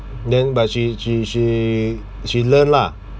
then but she she she she learn lah